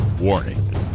Warning